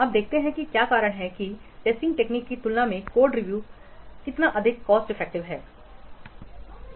अब देखते हैं कि क्या कारण है कि टेस्टिंग टेक्निक की तुलना में कोड रिव्यू कितनी अधिक कॉस्ट इफेक्टिवहै